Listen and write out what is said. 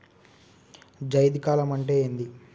జైద్ కాలం అంటే ఏంది?